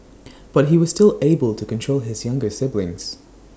but he was still able to control his younger siblings